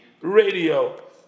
radio